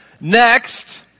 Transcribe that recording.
Next